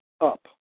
up